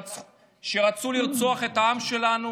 שרצו לרצוח את העם שלנו